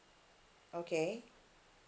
okay